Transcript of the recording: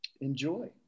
enjoy